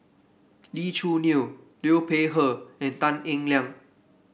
Lee Choo Neo Liu Peihe and Tan Eng Liang